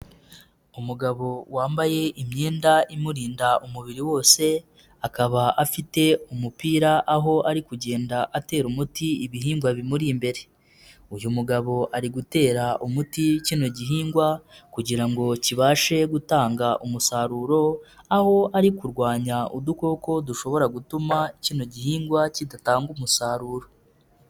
Umugabo wambaye imyenda imurinda umubiri wose akaba afite umupira aho ari kugenda atera umuti ibihingwa bimuri imbere, uyu mugabo ari gutera umuti kino gihingwa kugira ngo kibashe gutanga umusaruro aho ari kurwanya udukoko dushobora gutuma kino gihingwa kidatanga umusaruro.